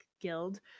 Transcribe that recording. guild